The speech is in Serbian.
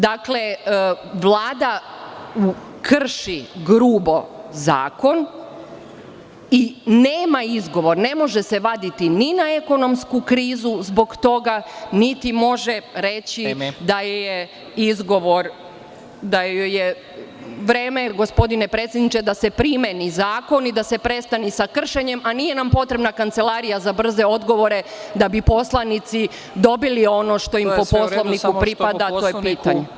Dakle, Vlada krši grubo zakon i nema izgovor, ne može se vaditi ni na ekonomsku krizu, zbog toga, niti može reći da joj je izgovor… (Predsednik Vreme.) Vreme je gospodine predsedniče da se primeni Zakon i da se prestane sa kršenjem, a nije nam potrebna kancelarija za brze odgovore da bi poslanici dobili ono što im Poslovniku pripada. (Predsednik: Vreme vam je isteklo.